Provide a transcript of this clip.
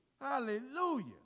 Hallelujah